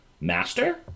master